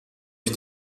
ich